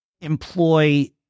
employ